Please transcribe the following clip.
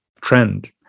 trend